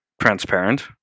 transparent